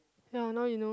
ya now you know